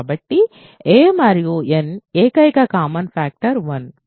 కాబట్టి a మరియు n యొక్క ఏకైక కామన్ ఫ్యాక్టర్ 1